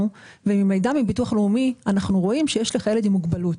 וממידע מביטוח לאומי אנחנו רואים שיש לך ילד עם מוגבלות,